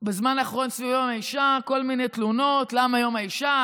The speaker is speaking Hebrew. בזמן האחרון סביב יום האישה כל מיני תלונות: למה יום האישה?